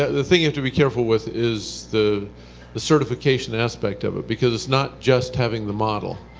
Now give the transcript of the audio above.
the thing you have to be careful with is the the certification aspect of it because it's not just having the model.